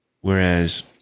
Whereas